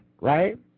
right